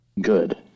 good